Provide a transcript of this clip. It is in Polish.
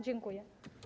Dziękuję.